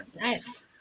Nice